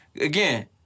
Again